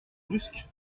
brusque